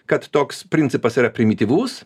kad toks principas yra primityvus